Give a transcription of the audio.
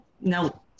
no